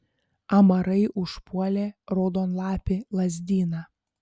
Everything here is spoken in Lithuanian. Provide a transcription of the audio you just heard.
amarai užpuolė raudonlapį lazdyną